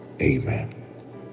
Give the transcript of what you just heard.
Amen